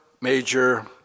major